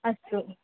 अस्तु